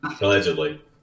Allegedly